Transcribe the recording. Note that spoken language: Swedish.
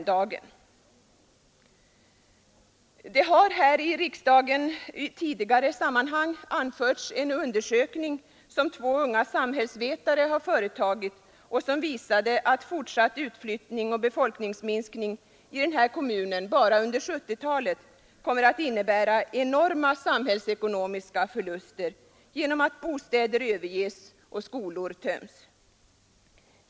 Det har här i riksdagen i tidigare sammanhang hänvisats till en undersökning som två unga samhällsvetare har företagit och som visade att fortsatt utflyttning och befolkningsminskning i den här kommunen bara under 1970-talet kommer att innebära enorma samhällsekonomiska förluster genom att bostäder överges och skolor töms.